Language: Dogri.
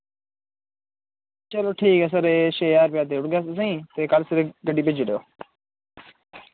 चलो ठीक ऐ सर एह् छे ज्हार रपेआ देऊड़गे अस तुसें ते कल सवेरै गड्डी भेजी' उड़ेओ